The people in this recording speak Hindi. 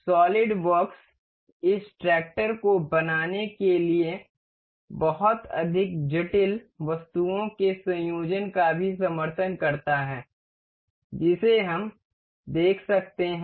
सॉलिडवर्क्स इस ट्रैक्टर को बनाने के लिए बहुत अधिक जटिल वस्तुओं के संयोजन का भी समर्थन करता है जिसे हम देख सकते हैं